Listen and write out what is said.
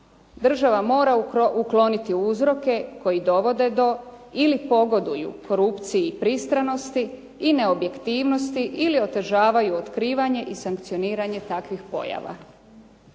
Država mora ukloniti uzroke koji dovode do ili pogoduju korupciji i pristranosti i neobjektivnosti ili otežavaju otkrivanje i sankcioniranje takvih pojava.